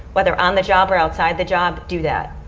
whether on the job or outside the job, do that.